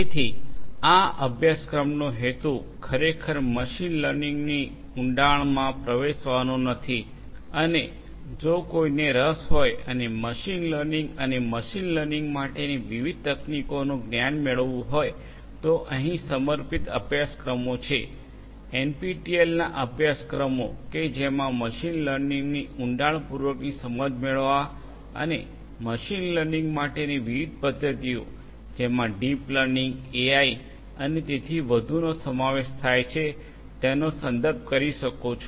તેથી આ અભ્યાસક્રમનો હેતુ ખરેખર મશીન લર્નિંગની ઊંડાળમાં પ્રવેશવાનો નથી અને જો કોઈને રસ હોય અને મશીન લર્નિંગ અને મશીન લર્નિંગ માટેની વિવિધ તકનીકોનું જ્ઞાન મેળવવું તો અહીં સમર્પિત અભ્યાસક્રમો છે એનપીટીઇએલના અભ્યાસક્રમો કે જેમાં મશીન લર્નિંગની ઉડાણપૂર્વકની સમજ મેળવવા અને મશીન લર્નિંગ માટેની વિવિધ પદ્ધતિઓ જેમાં ડીપ લર્નિંગ એઆઈ અને તેથી વધુનો સમાવેશ થાય છે તેનો સંદર્ભ કરી શકો છો